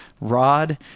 rod